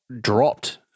dropped